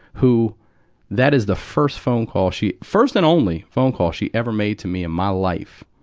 who that is the first phone call she first and only phone call she ever made to me in my life.